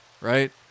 right